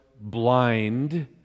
blind